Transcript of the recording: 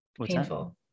Painful